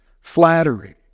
flattery